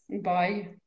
Bye